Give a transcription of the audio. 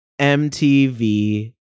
MTV